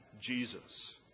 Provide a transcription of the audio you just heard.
Jesus